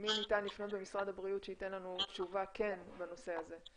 מי ניתן לפנות במשרד הבריאות שכן ייתן לנו תשובה בנושא הזה.